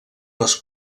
les